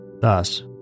thus